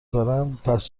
دارن، پس